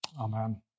Amen